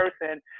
person